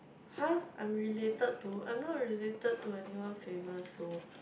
[huh] I'm related to I'm not related to anyone famous though